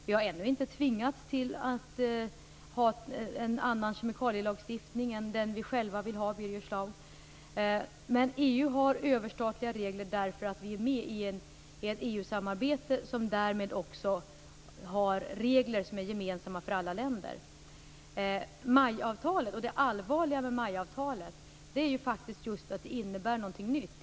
Vi har ännu inte tvingats till att ha en annan kemikalielagstiftning är den vi själva vill ha. Men EU har överstatliga regler. Vi är med i ett EU-samarbete och har därmed regler som är gemensamma för alla länder. Det allvarliga med MAI-avtalet är att det innebär någonting nytt.